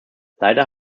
leider